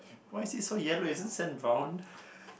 why is it so yellow isn't sand brown